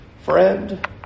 Friend